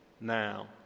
now